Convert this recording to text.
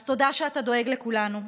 אז תודה שאתה דואג לכולנו,